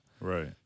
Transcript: right